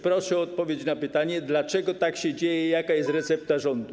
Proszę o odpowiedź na pytanie, dlaczego tak się dzieje i jaka jest recepta rządu.